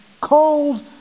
cold